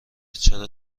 چرا